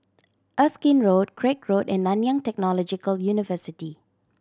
Erskine Road Craig Road and Nanyang Technological University